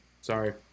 Sorry